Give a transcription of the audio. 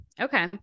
Okay